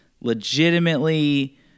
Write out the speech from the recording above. legitimately